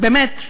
באמת,